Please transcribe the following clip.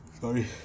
Sorry